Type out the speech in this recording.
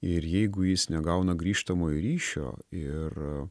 ir jeigu jis negauna grįžtamojo ryšio ir